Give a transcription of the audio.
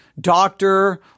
doctor